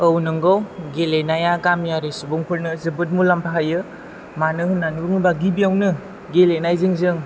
औ नंगौ गेलेनाया गामियारि सुबुंफोरनो जोबोद मुलाम्फा होयो मानो होननानै बुङोब्ला गिबियावनो गेलेनायजों जों